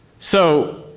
so,